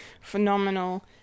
Phenomenal